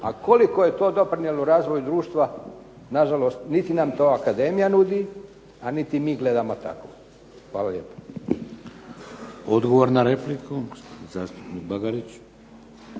a koliko je to doprinijelo razvoju društva na žalost niti nam to akademija nudi, a niti mi gledamo tako. Hvala lijepo. **Šeks, Vladimir